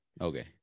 Okay